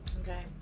Okay